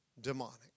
demonic